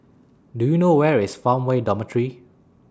Do YOU know Where IS Farmway Dormitory